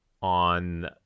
on